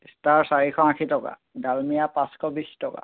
star চাৰিশ আশী টকা ডালমিয়া পাঁচশ বিছ টকা